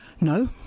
No